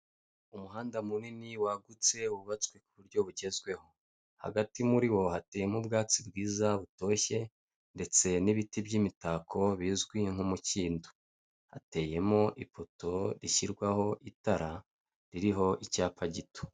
Umuhanda munini wagutse wubatswe ku buryo bugezweho, hagati muri wo hateyemo ubwatsi bwiza butoshye ndetse n'ibiti by'imitako bizwi nk'umukindo. Hateyemo ipoto rishyirwaho itara ririho icyapa gito.